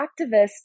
activists